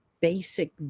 basic